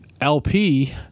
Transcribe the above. LP